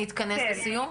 אני מתכנסת לסיום,